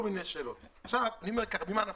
ממה נפשך.